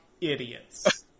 idiots